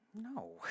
No